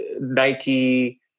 Nike